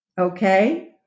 Okay